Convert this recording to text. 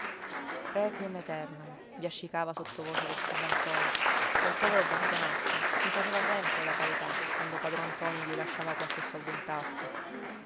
requiem eternam biascicava sottovoce lo zio santoro quel povero bastianazzo mi faceva sempre la carità quando padron ntoni gli lasciava qualche soldo in tasca